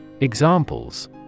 Examples